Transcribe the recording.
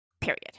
period